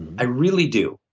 i really do.